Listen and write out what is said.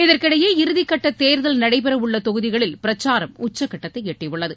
இதற்கிடையே இறுதிக்கட்ட தேர்தல் நடைபெறவுள்ள தொகுதிகளில் பிரச்சாரம் உச்சக்கட்டத்தை எட்டியுள்ளது